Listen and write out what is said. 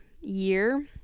year